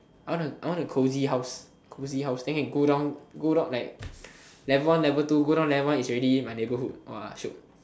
I want a I want a cozy house cozy house then can go down go down like level one level two go down level one is already my neighbourhood !wah! shiok